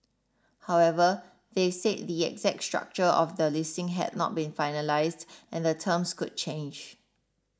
however they said the exact structure of the listing had not been finalised and the terms could change